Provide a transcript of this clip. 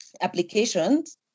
applications